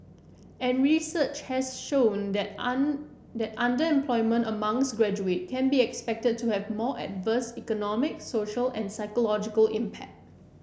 and research has shown that an that underemployment amongst graduates can be expected to have more adverse economic social and psychological impact